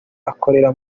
akorera